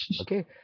okay